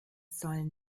sollen